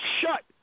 shut